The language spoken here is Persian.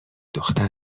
دختر